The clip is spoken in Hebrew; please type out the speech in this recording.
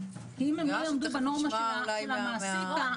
אם הם לא יעמדו בנורמה של המעסיק --- תשובה תכף נשמע אולי מהמעסיק.